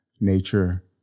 nature